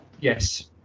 yes